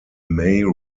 may